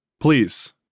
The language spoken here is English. Please